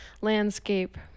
landscape